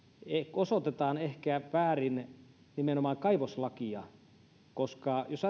osoitetaan ehkä väärin nimenomaan kaivoslakia koska jos